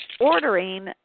ordering